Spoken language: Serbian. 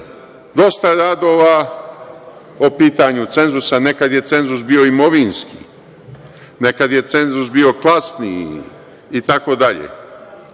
dosta radova po pitanju cenzusa. Nekad je cenzus bio imovinski, nekada je cenzus bio klasni i tako dalje,